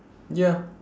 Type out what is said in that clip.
ya